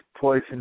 poison